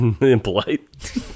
impolite